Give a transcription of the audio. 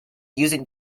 using